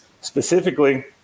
Specifically